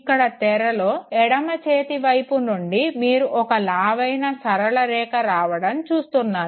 ఇక్కడ తెరలో ఎడమ చేతి వైపు నుండి మీరు ఒక లావైన సరళ రేఖ రావడం చూస్తున్నారు